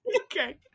Okay